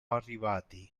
arrivati